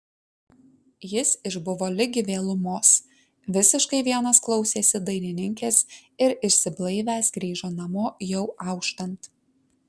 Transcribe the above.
jis išbuvo ligi vėlumos visiškai vienas klausėsi dainininkės ir išsiblaivęs grįžo namo jau auštant